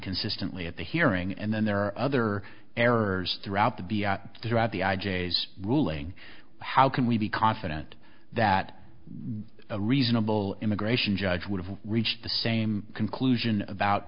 consistently at the hearing and then there are other errors throughout the throughout the i j s ruling how can we be confident that a reasonable immigration judge would have reached the same conclusion about